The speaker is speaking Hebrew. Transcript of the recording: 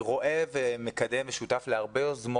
להכיר ארגונים שהם יכולים לפנות